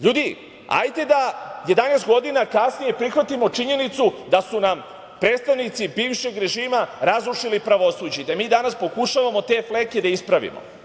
ljudi, hajte da 11 godina kasnije prihvatimo činjenicu da su nam predstavnici bivšeg režima razrušili pravosuđe i da mi danas pokušavamo te fleke da ispravimo.